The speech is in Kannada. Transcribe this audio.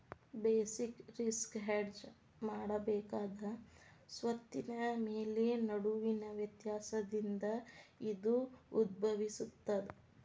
ಬೆಸಿಕ್ ರಿಸ್ಕ ಹೆಡ್ಜ ಮಾಡಬೇಕಾದ ಸ್ವತ್ತಿನ ಬೆಲೆ ನಡುವಿನ ವ್ಯತ್ಯಾಸದಿಂದ ಇದು ಉದ್ಭವಿಸ್ತದ